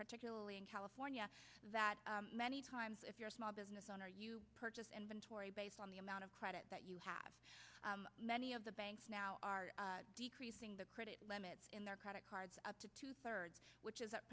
particularly in california that many times if you're a small business owner you purchased inventory based on the amount of credit that you have many of the banks now are decreasing the credit limits in their credit cards up to two thirds which is